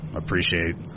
appreciate